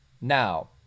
now